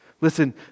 Listen